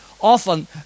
Often